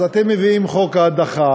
אז אתם מביאים את חוק ההדחה,